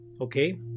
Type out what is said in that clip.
okay